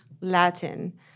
Latin